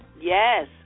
Yes